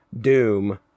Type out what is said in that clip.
Doom